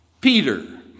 Peter